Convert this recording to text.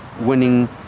winning